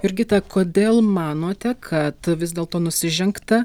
jurgita kodėl manote kad vis dėlto nusižengta